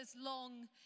long